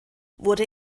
wurde